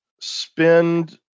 spend